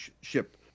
ship